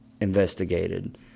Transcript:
investigated